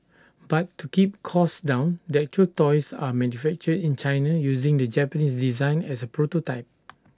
but to keep costs down the actual toys are manufactured in China using the Japanese design as A prototype